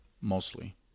mostly